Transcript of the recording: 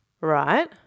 Right